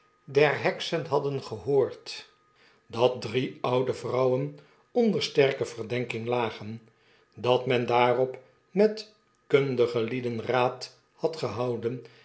der heksen hadden gehoord dat drie oude vrouwen onder sterke verdenking lagen dat men daarop met kundige lieden raad had gehouden